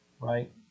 right